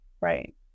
right